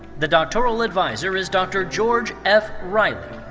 the doctoral adviser is dr. george f. wright.